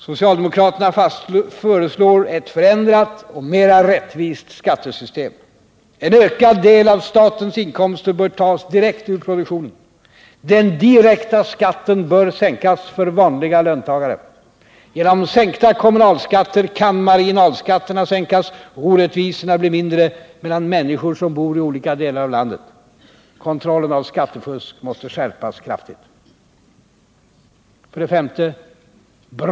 Socialdemokraterna föreslår bl.a. ett förändrat och mer rättvist skattesystem. En ökad andel av statens inkomster bör tas direkt ur produktionen. Den direkta skatten bör sänkas för vanliga löntagare. Genom sänkta kommunalskatter kan marginalskatterna minskas och de orättvisa skillnaderna bli mindre mellan människor som bor i olika delar av landet. Kontrollen av skattefusk måste skärpas kraftigt.